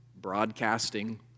broadcasting